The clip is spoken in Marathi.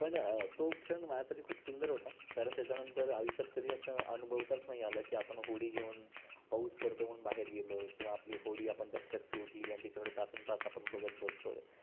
पण तो क्षण माझ्यासाठी खूप सुंदर होता कारण त्याच्यानंतर आयुष्यात कधी असं अनुभवताच नाही आलं की आपण होडी घेऊन पाऊस पडतो आहे म्हणून बाहेर गेलो आहे किंवा आपली होडी आपण डबक्यात सोडली आणि त्याच्याकडे तासनतास आपण बघत बसतो आहे